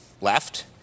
left